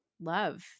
love